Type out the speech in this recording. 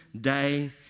day